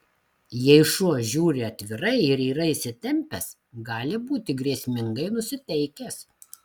jei šuo žiūri atvirai ir yra įsitempęs gali būti grėsmingai nusiteikęs